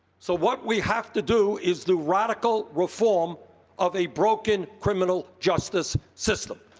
so what we have to do is the radical reform of a broken criminal justice system.